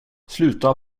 sluta